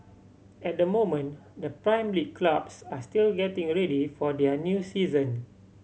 at the moment the Prime League clubs are still getting already for their new season